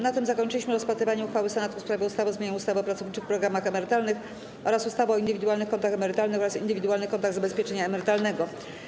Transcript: Na tym zakończyliśmy rozpatrywanie uchwały Senatu w sprawie ustawy o zmianie ustawy o pracowniczych programach emerytalnych oraz ustawy o indywidualnych kontach emerytalnych oraz indywidualnych kontach zabezpieczenia emerytalnego.